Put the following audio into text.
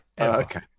Okay